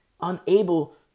unable